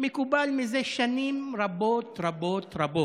מקובל מזה שנים רבות, רבות, רבות,